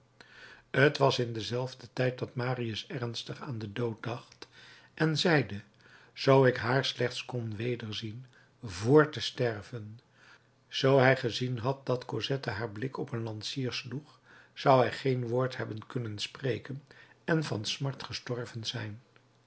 t was in denzelfden tijd dat marius ernstig aan den dood dacht en zeide zoo ik haar slechts kon wederzien vr te sterven zoo zijn wensch verwezenlijkt ware geworden zoo hij gezien had dat cosette haar blik op een lansier sloeg zou hij geen woord hebben kunnen spreken en van smart gestorven zijn